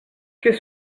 qu’est